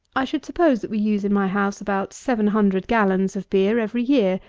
i should suppose that we use, in my house, about seven hundred gallons of beer every year,